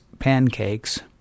pancakes